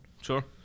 Sure